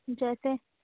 جیسے